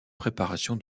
préparation